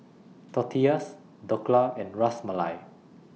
Tortillas Dhokla and Ras Malai